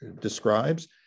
describes